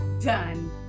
done